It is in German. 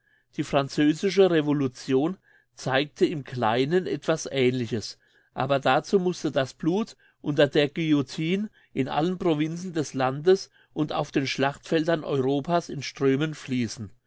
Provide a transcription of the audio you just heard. die französische revolution zeigte im kleinen etwas aehnliches aber dazu musste das blut unter der guillotine in allen provinzen des landes und auf den schlachtfeldern europas in strömen fliessen